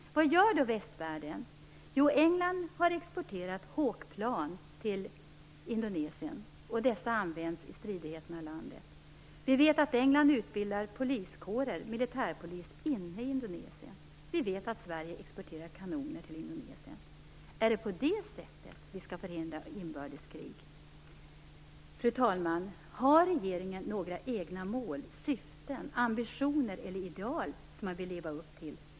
Vad gör då västvärlden? Jo, England har exporterat hawkplan till Indonesien, och dessa används i stridigheterna i landet. Vi vet att England utbildar poliskårer, militärpolis, inne i Indonesien. Vi vet att Sverige exporterar kanoner till Indonesien. Är det på det sättet vi skall förhindra inbördeskrig? Fru talman! Har regeringen några egna mål, syften, ambitioner eller ideal som man vill leva upp till?